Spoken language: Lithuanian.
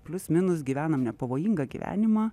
plius minus gyvenam nepavojingą gyvenimą